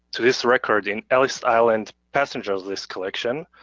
to this record an ellis island passenger list collection,